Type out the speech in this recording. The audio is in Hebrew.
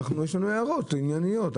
יש לנו הערות ענייניות.